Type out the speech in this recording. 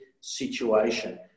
situation